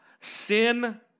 sin